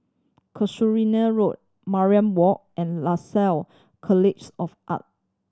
Casuarina Road Mariam Walk and Lasalle Colleagues of Art